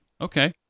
Okay